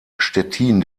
stettin